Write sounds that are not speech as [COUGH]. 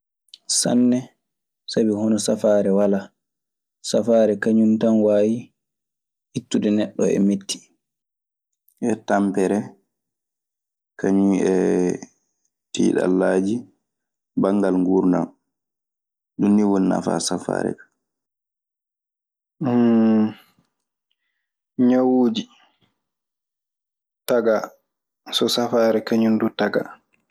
Sanne, sabi hoono safaare walaa. Safaare kañun tan waawi ittude neɗɗo e metti, e tampere kañun e tiiɗalaaji banngal nguurndam. Ɗun nii woni nafaa safaare. [HESITATION] Ñawuuji tagaa so safaare kañun du tagaa.